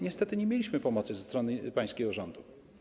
Niestety nie mieliśmy pomocy ze strony pańskiego rządu.